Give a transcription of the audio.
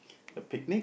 a picnic